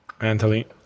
Anthony